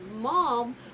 mom